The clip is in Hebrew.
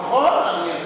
נכון.